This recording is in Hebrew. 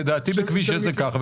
לדעתי בכביש 6 זה כך,